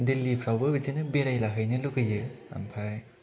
दिल्लीफ्राउबो बिदिनो बेरायलाहैनो लुबैयो आमफ्राय